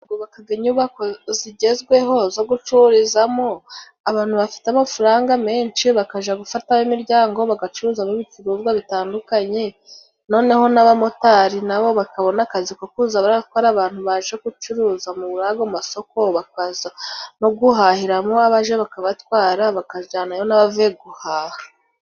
Bubaka inyubako zigezweho zo gucururizamo, abantu bafite amafaranga menshi bakajya gufata imiryango bagacuruzamo ibicuruzwa bitandukanye, noneho n'abamotari nabo bakabona akazi ko kujya baratwara abantu baje , gucuruza muri ayo masoko, bakaza no guhahiramo, abaje bakabatwara bakajyanayo n'abavuye guhaha.